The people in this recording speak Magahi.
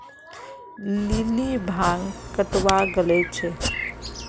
लिली भांग कटावा गले छे